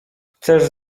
chcesz